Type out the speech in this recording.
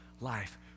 life